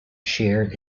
shared